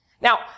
Now